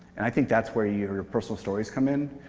and i think that's where you know your personal stories come in.